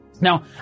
Now